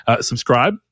subscribe